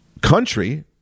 country